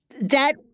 that-